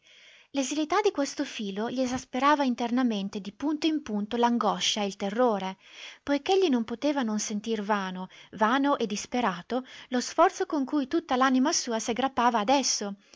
l'esilità di questo filo gli esasperava internamente di punto in punto l'angoscia e il terrore poich'egli non poteva non sentir vano vano e disperato lo sforzo con cui tutta l'anima sua si aggrappava ad esso